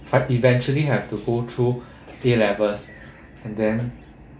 tri~ eventually have to go through A levels and then